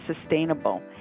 sustainable